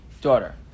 daughter